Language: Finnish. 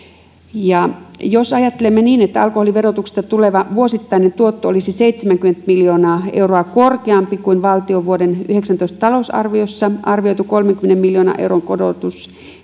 jos ajattelemme niin että alkoholin verotuksesta tuleva vuosittainen tuotto olisi seitsemänkymmentä miljoonaa euroa korkeampi kuin valtion vuoden yhdeksäntoista talousarviossa arvioitu kolmenkymmenen miljoonan euron korotus